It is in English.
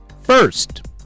First